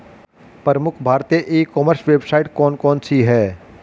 प्रमुख भारतीय e commerce website कौन कौन सी हैं?